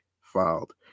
filed